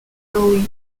goalie